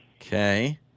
okay